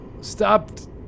stopped